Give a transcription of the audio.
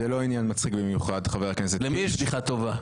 זה לא עניין מצחיק במיוחד, חבר הכנסת טור פז.